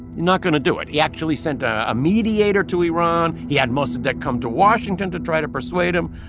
not going to do it. he actually sent a mediator to iran. he had mossadegh come to washington to try to persuade him.